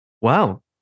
Wow